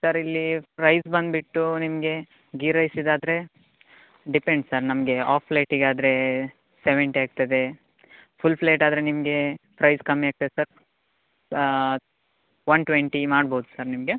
sir ಇಲ್ಲಿ price ಬಂದುಬಿಟ್ಟು ನಿಮಗೆ ಗೀ ರೈಸಿದ್ದಾದ್ರೆ ಡಿಪೆಂಡ್ ಸರ್ ನಮಗೆ ಆಫ್ ಪ್ಲೇಟಿಗೆ ಆದರೆ ಸೆವೆಂಟಿ ಆಗ್ತದೆ ಫುಲ್ ಫ್ಲೇಟಾದರೆ ನಿಮಗೆ ಪ್ರೈಸ್ ಕಮ್ಮಿ ಆಗ್ತದೆ ಸರ್ ಒನ್ ಟ್ವೆಂಟಿ ಮಾಡ್ಬೋದು ಸರ್ ನಿಮಗೆ